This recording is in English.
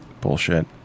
bullshit